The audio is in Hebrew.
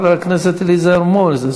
חבר הכנסת מנחם אליעזר מוזס.